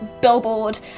billboard